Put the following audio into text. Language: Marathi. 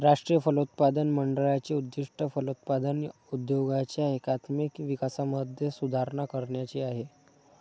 राष्ट्रीय फलोत्पादन मंडळाचे उद्दिष्ट फलोत्पादन उद्योगाच्या एकात्मिक विकासामध्ये सुधारणा करण्याचे आहे